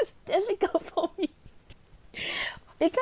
it's difficult for me because